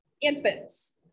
infants